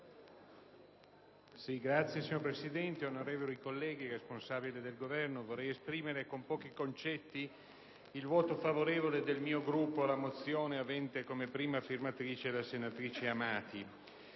Signor Presidente, onorevoli colleghi, rappresentanti del Governo, esprimo con pochi concetti il voto favorevole del mio Gruppo alla mozione avente come prima firmataria la senatrice Amati.